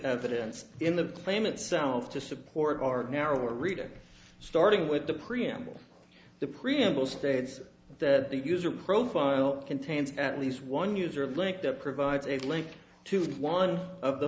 evidence in the claim itself to support our narrower reader starting with the preamble the preamble states that the user profile contains at least one user of link that provides a link to one of the